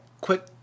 quick